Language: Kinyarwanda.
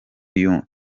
nyuma